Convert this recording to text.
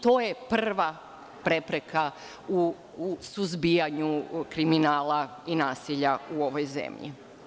To je prva prepreka u suzbijanju kriminala i nasilja u ovoj zemlji.